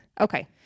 Okay